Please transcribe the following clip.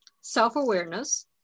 self-awareness